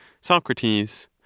Socrates